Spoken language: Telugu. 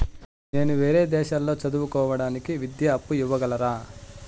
నేను వేరే దేశాల్లో చదువు కోవడానికి విద్యా అప్పు ఇవ్వగలరా?